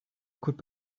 could